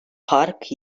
park